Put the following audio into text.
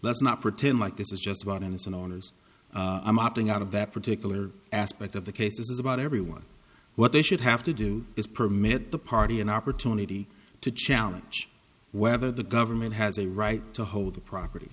let's not pretend like this is just about innocent owners i'm opting out of that particular aspect of the case is about everyone what they should have to do is permit the party an opportunity to challenge whether the government has a right to hold the property